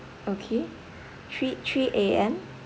okay three three A_M